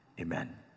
Amen